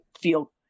feel